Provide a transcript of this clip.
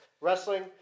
wrestling